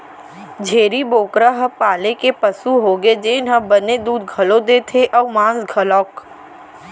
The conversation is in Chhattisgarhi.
छेरी बोकरा ह पाले के पसु होगे जेन ह बने दूद घलौ देथे अउ मांस घलौक